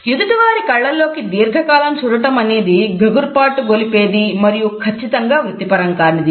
ఎదుటివారి కళ్ళల్లోకి దీర్ఘకాలం చూడటం అనేది గగుర్పాటుగొలిపేది మరియు ఖచ్చితంగా వృత్తిపరం కానిది